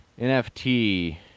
NFT